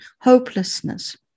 hopelessness